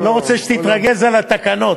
לא רוצה שתתרגז על התקנות.